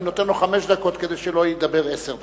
אני נותן לו חמש דקות כדי שלא ידבר עשר דקות.